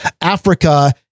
africa